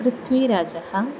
पृथ्वीराजः